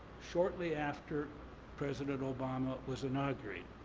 shortly after president obama was inaugurated.